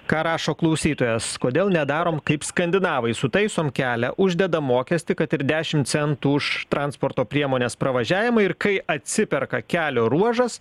ką rašo klausytojas kodėl nedarom kaip skandinavai sutaisom kelią uždedam mokestį kad ir dešim centų už transporto priemonės pravažiavimą ir kai atsiperka kelio ruožas